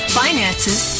finances